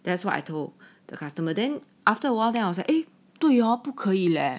that's [what] I told the customer then after a while then I was like uh 对不可以 leh